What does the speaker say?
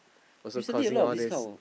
also causing all these